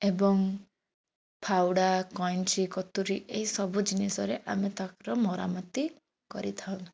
ଏବଂ ଫାଉଡ଼ା କଇଁଚି କତୁରୀ ଏହିସବୁ ଜିନିଷରେ ଆମେ ତାଙ୍କର ମରାମତି କରିଥାଉ